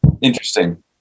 interesting